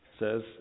Says